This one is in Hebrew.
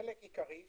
חלק מאוד